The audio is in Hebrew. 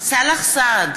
סאלח סעד,